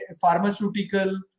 pharmaceutical